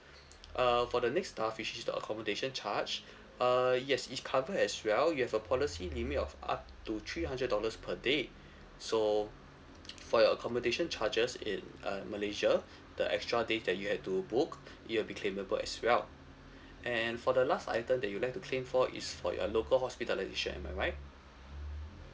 uh for the next uh which is the accommodation charge uh yes it's cover as well you have a policy limit of up to three hundred dollars per day so for your accommodation charges in uh malaysia the extra days that you had to book it will be claimable as well and for the last item that you would like to claim for is for your local hospitalisation am I right